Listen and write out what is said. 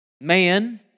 Man